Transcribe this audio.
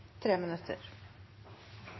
tre